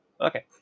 okay